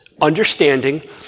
understanding